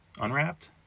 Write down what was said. Unwrapped